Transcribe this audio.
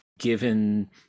given